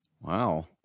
Wow